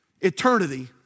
eternity